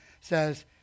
says